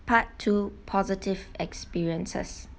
part two positive experiences